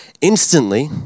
Instantly